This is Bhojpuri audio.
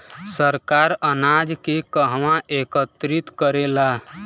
सरकार अनाज के कहवा एकत्रित करेला?